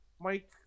Mike